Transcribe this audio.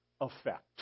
effect